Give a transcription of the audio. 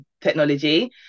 technology